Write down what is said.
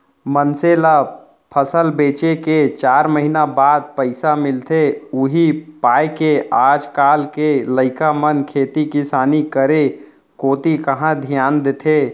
मनसे ल फसल बेचे के चार महिना बाद पइसा मिलथे उही पायके आज काल के लइका मन खेती किसानी करे कोती कहॉं धियान देथे